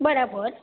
બરાબર